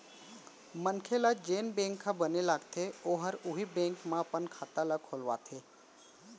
मनसे ल जेन बेंक ह बने लागथे ओहर उहीं बेंक म अपन खाता ल खोलवाथे